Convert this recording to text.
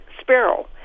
sparrow